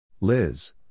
Liz